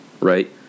Right